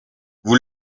vous